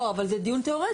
לא, אבל זה דיון תיאורטי.